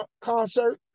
concert